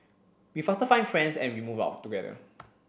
we faster find friends and we move out together